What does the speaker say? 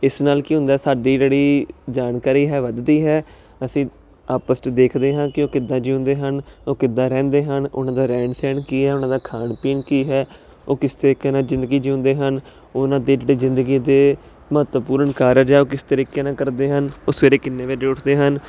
ਇਸ ਨਾਲ ਕੀ ਹੁੰਦਾ ਸਾਡੀ ਜਿਹੜੀ ਜਾਣਕਾਰੀ ਹੈ ਵਧਦੀ ਹੈ ਅਸੀਂ ਆਪਸ ਚ ਦੇਖਦੇ ਹਾਂ ਕਿ ਉਹ ਕਿੱਦਾਂ ਜਿਉਂਦੇ ਹਨ ਉਹ ਕਿੱਦਾਂ ਰਹਿੰਦੇ ਹਨ ਉਹਨਾਂ ਦਾ ਰਹਿਣ ਸਹਿਣ ਕੀ ਹ ਉਹਨਾਂ ਦਾ ਖਾਣ ਪੀਣ ਕੀ ਹੈ ਉਹ ਕਿਸ ਤਰੀਕੇ ਨਾਲ ਜਿੰਦਗੀ ਜਿਊਂਦੇ ਹਨ ਉਹਨਾਂ ਦੀ ਜਿਹੜੀ ਜਿੰਦਗੀ ਦੇ ਮਹੱਤਵਪੂਰਨ ਕਾਰਜ ਐ ਉਹ ਕਿਸ ਤਰੀਕੇ ਨਾਲ ਕਰਦੇ ਹਨ ਉਹ ਸਵੇਰੇ ਕਿੰਨੇ ਵਜੇ ਉੱਠਦੇ ਹਨ